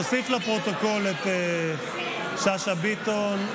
תוסיף לפרוטוקול את שאשא ביטון,